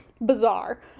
bizarre